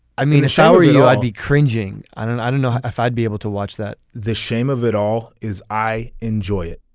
i mean a shower you know i'd be cringing. and i don't know if i'd be able to watch that the shame of it all is i enjoy it